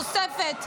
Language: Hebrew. תוספת,